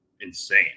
insane